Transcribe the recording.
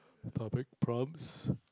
public prompts